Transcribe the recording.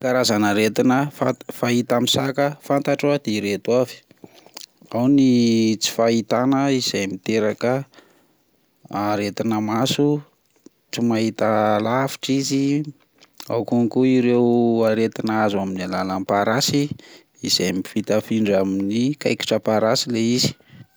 Karazana aretina fa-fahita amin'ny saka fantatro ah dia ireto avy, ao ny tsy fahitana izay miteraka aretina maso, tsy mahita alavitra izy, ao konko ireo aretina azo amin'ny alalan'ny parasy izay mifindrafitra amin'ny kaikitriny parasy le izy.